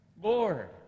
Lord